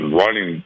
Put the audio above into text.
running